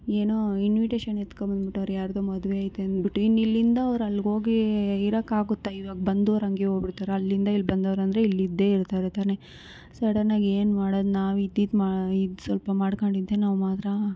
ಏನೋ ಇನ್ವಿಟೇಷನ್ ಎತ್ಕೊಂಬಂದ್ಬಿಟ್ಟವ್ರೆ ಯಾರದೋ ಮದುವೆ ಐತೆ ಅಂದ್ಬಿಟ್ಟು ಇನ್ನು ಇಲ್ಲಿಂದ ಅವ್ರು ಅಲ್ಗೋಗಿ ಇರೋಕ್ಕಾಗುತ್ತಾ ಇವಾಗ ಬಂದವ್ರು ಹಂಗೆ ಹೋಗ್ಬಿಡ್ತಾರಾ ಅಲ್ಲಿಂದ ಇಲ್ಲಿ ಬಂದವ್ರಂದ್ರೆ ಇಲ್ಲಿದ್ದೇ ಹೋಗ್ತಾರೆ ತಾನೇ ಸಡನ್ನಾಗಿ ಏನು ಮಾಡೋದು ನಾವು ಇದ್ದಿದ್ದು ಮಾ ಇದು ಸ್ವಲ್ಪ ಮಾಡ್ಕೊಂಡಿದ್ದೆ ನಾವು ಮಾತ್ರ